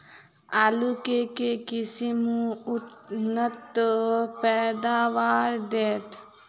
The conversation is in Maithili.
आलु केँ के किसिम उन्नत पैदावार देत?